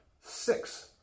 Six